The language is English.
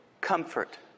comfort